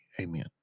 amen